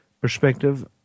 perspective